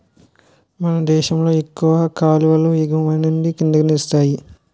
మనదేశంలో ఎక్కువ కాలువలు ఎగువనుండి కిందకి నీరిస్తాయి